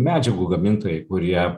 medžiagų gamintojai kurie